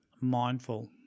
mindful